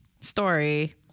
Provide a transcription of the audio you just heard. story